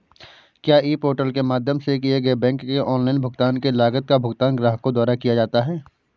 क्या e portal के माध्यम से किए गए बैंक के ऑनलाइन भुगतान की लागत का भुगतान ग्राहकों द्वारा किया जाता है?